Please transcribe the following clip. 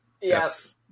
Yes